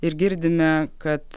ir girdime kad